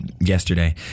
yesterday